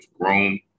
grown